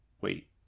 Wait